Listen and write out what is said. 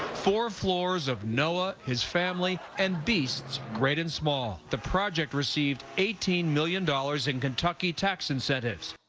four floors of noah, his family, and beasts great and small. the project received eighteen million dollars in kentucky tax incentives.